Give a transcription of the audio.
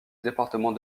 département